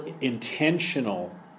intentional